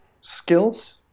skills